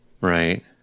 right